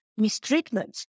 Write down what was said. mistreatments